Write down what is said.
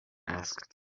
asked